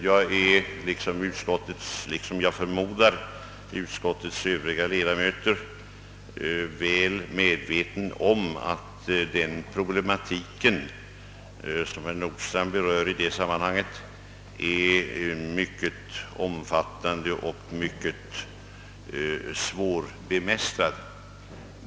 Jag är — liksom jag förmodar utskottets övriga ledamöter — väl medveten om att den problematiken, som herr Nordstrandh berörde, är mycket omfattande och svårbemästrad.